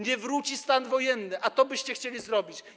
Nie wróci stan wojenny, a to byście chcieli zrobić.